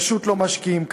פשוט לא משקיעים כאן.